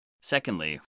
Secondly